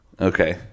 Okay